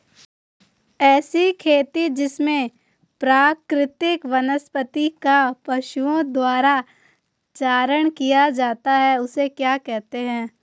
ऐसी खेती जिसमें प्राकृतिक वनस्पति का पशुओं द्वारा चारण किया जाता है उसे क्या कहते हैं?